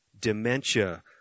dementia